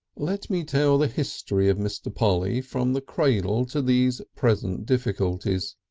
let me tell the history of mr. polly from the cradle to these present difficulties.